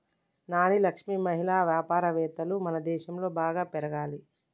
నాని లక్ష్మి మహిళా వ్యాపారవేత్తలు మనదేశంలో బాగా పెరగాలి